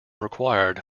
required